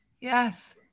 yes